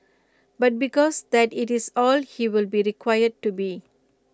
but because that IT is all he will be required to be